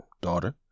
daughter